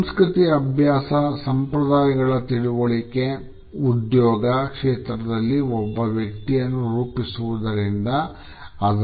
ಸಂಸ್ಕೃತಿ ಅಭ್ಯಾಸ ಪದ್ಧತಿ ಸಂಪ್ರದಾಯಗಳ ತಿಳುವಳಿಕೆ ಉದ್ಯೋಗ ಕ್ಷೇತ್ರದಲ್ಲಿ ಒಬ್ಬ ವ್ಯಕ್ತಿಯನ್ನು ರೂಪಿಸುವುದರಿಂದ